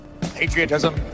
Patriotism